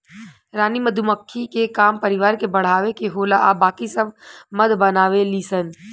रानी मधुमक्खी के काम परिवार के बढ़ावे के होला आ बाकी सब मध बनावे ली सन